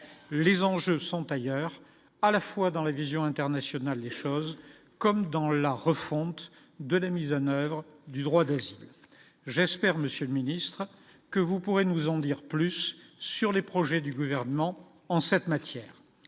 les enjeux sont ailleurs, à la fois dans la vision internationale, des choses comme dans la refonte de la mise en oeuvre du droit de j'espère, Monsieur le Ministre, que vous pouvez nous en dire plus sur les projets du gouvernement en cette matière